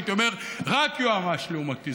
הייתי אומר: רק יועמ"ש לעומתי.